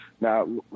Now